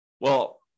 well-